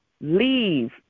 leave